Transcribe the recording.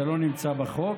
זה לא נמצא בחוק.